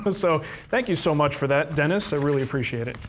but so thank you so much for that, denis, i really appreciate it.